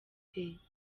turazifite